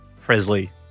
Presley